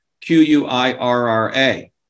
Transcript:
Q-U-I-R-R-A